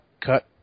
cut